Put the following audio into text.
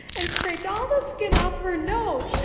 and scraped all the skin off her nose,